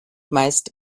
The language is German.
meist